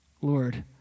Lord